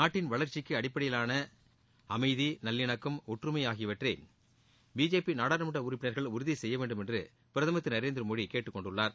நாட்டின் வளர்ச்சிக்கு அடிப்படையிலான அமைதி நல்லிணக்கம் ஒற்றுமை ஆகியவற்றை பிஜேபி நாடாளுமன்ற உறுப்பினர்கள் உறுதி செய்ய வேண்டும் என்று பிரதமர் திரு நரேந்திரமோடி கேட்டுக் கொண்டுள்ளார்